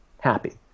happy